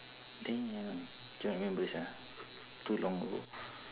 damn cannot remember sia too long ago